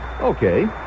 Okay